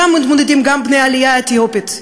אתם מתמודדים גם בני העלייה האתיופית,